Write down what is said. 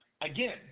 Again